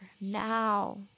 now